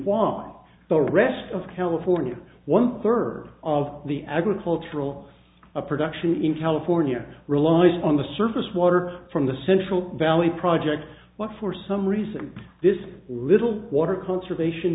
on the rest of california one third of the agricultural production in california relies on the surface water from the central valley project but for some reason this little water conservation